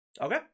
Okay